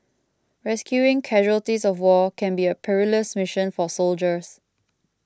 rescuing casualties of war can be a perilous mission for soldiers